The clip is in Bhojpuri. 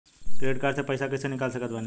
क्रेडिट कार्ड से पईसा कैश निकाल सकत बानी की ना?